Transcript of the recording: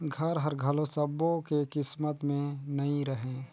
घर हर घलो सब्बो के किस्मत में नइ रहें